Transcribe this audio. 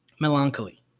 melancholy